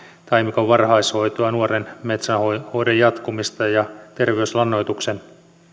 taimikon varhaishoitoa nuoren metsän hoidon jatkumista ja terveyslannoituksen